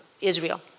Israel